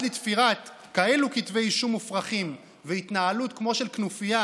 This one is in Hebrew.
לתפירת כתבי אישום כאלה מופרכים והתנהלות כמו של כנופיה,